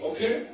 Okay